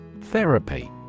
Therapy